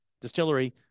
distillery